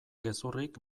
gezurrik